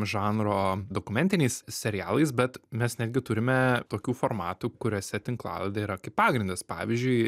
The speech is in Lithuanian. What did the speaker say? žanro dokumentiniais serialais bet mes netgi turime tokių formatų kuriuose tinklalaidė yra kaip pagrindas pavyzdžiui